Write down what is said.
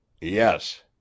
Yes